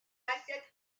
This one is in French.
accède